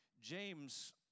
James